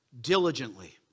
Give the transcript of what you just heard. diligently